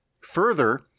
Further